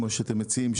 כמו שאתם מציעים,